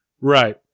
Right